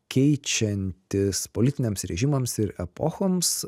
keičiantis politiniams režimams ir epochoms